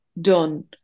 done